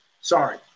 Sorry